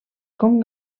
com